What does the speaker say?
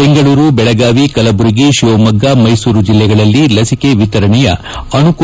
ಬೆಂಗಳೂರು ಬೆಳಗಾವಿ ಕಲಬುರಗಿ ಶಿವಮೊಗ್ಗ ಮೈಸೂರು ಜಿಲ್ಡೆಗಳಲ್ಲಿ ಲಸಿಕೆ ವಿತರಣೆಯ ಅಣುಕು